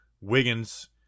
Wiggins